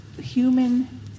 human